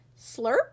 Slurp